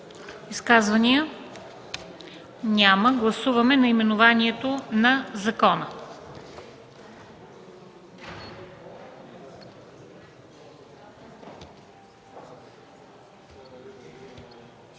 Изказвания? Няма. Гласуваме наименованието на закона.